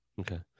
okay